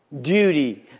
duty